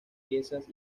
piezas